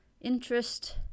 interest